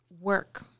work